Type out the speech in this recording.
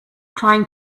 trying